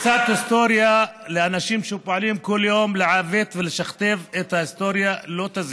קצת היסטוריה לאנשים שפועלים כל יום לעוות ולשכתב את ההיסטוריה לא תזיק.